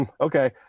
okay